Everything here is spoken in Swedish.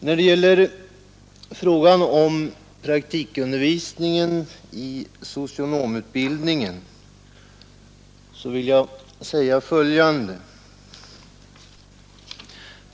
Beträffande praktikundervisningen i socionomutbildningen vill jag anföra följande.